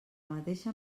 mateixa